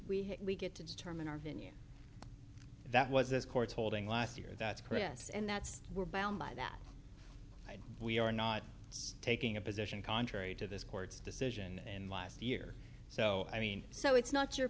we have we get to determine our venue that was this court's holding last year that's chris and that's we're bound by that we are not taking a position contrary to this court's decision and last year so i mean so it's not your